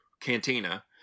Cantina